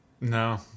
No